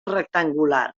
rectangular